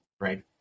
right